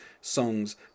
songs